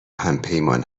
همپیمان